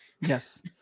Yes